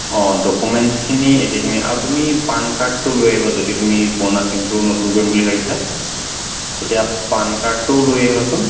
অঁ ডকুমেণ্টছখিনি একেখিনিয়েই আৰু তুমি পান কাৰ্ডটো লৈ আহিবা যদি তুমি পুৰণা চিমটো নতুন কৰিম বুলি ভাবিছা তেতিয়া পান কাৰ্ডটো লৈ আহিবাচোন